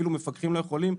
אפילו מפקחים לא יכולים.